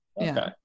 Okay